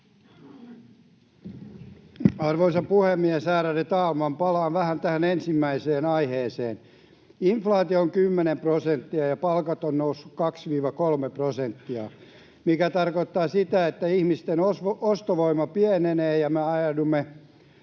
Arvoisa puhemies, ärade talman! Palaan vähän tähän ensimmäiseen aiheeseen. Inflaatio on kymmenen prosenttia ja palkat ovat nousseet kaksi—kolme prosenttia, mikä tarkoittaa sitä, että ihmisten ostovoima pienenee ja me ajaudumme